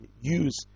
use